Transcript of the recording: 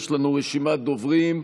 יש לנו רשימת דוברים.